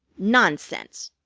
nonsense!